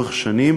לאורך שנים